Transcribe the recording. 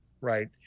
right